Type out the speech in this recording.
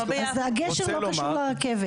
הגשר לא קשור לרכבת.